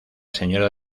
señora